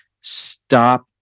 stop